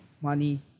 money